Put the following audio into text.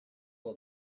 will